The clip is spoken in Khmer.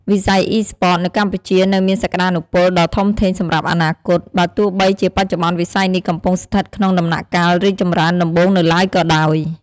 វិស័យ Esports នៅកម្ពុជានៅមានសក្ដានុពលដ៏ធំធេងសម្រាប់អនាគត បើទោះបីជាបច្ចុប្បន្នវិស័យនេះកំពុងស្ថិតក្នុងដំណាក់កាលរីកចម្រើនដំបូងនៅឡើយក៏ដោយ។